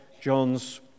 John's